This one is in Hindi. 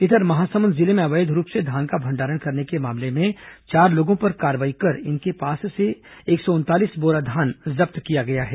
इधर महासमुंद जिले में अवैध रूप से धान का भंडारण करने के मामले में चार लोगों पर कार्रवाई कर इनके पास से एक सौ उनतालीस बोरा धान जब्त किया गया है